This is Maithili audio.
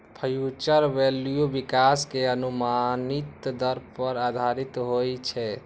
फ्यूचर वैल्यू विकास के अनुमानित दर पर आधारित होइ छै